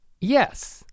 Yes